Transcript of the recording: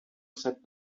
sat